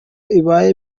ibaye